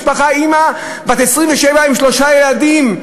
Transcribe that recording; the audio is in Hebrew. משפחה, אימא בת 27 עם שלושה ילדים,